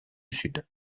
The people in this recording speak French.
sud